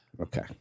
Okay